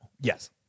yes